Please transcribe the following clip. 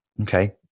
Okay